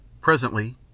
Presently